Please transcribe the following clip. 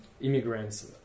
immigrants